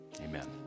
Amen